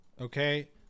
Okay